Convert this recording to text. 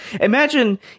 imagine